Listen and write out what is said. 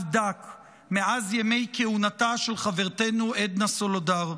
דק מאז ימי כהונתה של חברתנו עדנה סולודר.